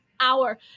hour